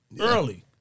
early